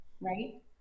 Right